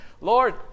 Lord